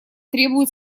требует